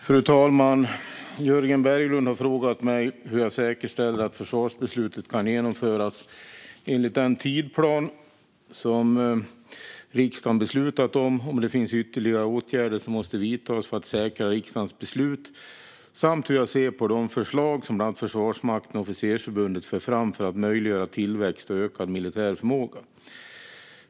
Fru talman! har frågat mig hur jag säkerställer att försvarsbeslutet kan genomföras enligt den tidsplan som riksdagen beslutat om, om det finns ytterligare åtgärder som måste vidtas för att säkra riksdagens beslut samt hur jag ser på de förslag som bland annat Försvarsmakten och Officersförbundet för fram för att möjliggöra tillväxt och ökad militär förmåga.